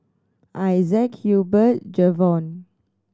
Isaac Hubert Jayvon